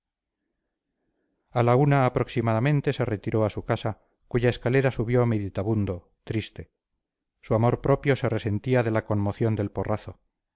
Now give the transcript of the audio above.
a la una próximamente se retiró a su casa cuya escalera subió meditabundo triste su amor propio se resentía de la conmoción del porrazo